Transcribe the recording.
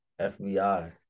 FBI